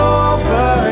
over